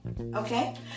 Okay